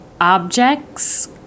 objects